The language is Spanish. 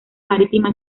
marítima